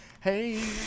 hey